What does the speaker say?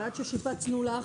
ועד ששיפצנו לך,